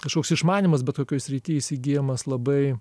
kažkoks išmanymas bet kokioj srityj jis įsigyjamas labai